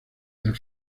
del